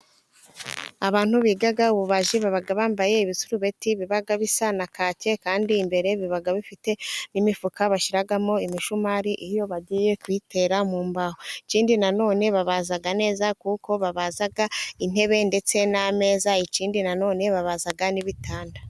Abantu biga ububaji baba bambaye ibisarubeti biba bisa na kaki kandi imbere biba bifite imifuka bashyiramo imisumari iyo bagiye kuyitera mu mbaho, ikindi nanone babaza neza kuko babaza intebe ndetse n'ameza, ikindi nanone babaza n'ibitanda.